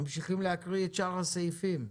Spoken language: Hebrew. ממשיכים להקריא את שאר הסעיפים.